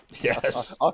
Yes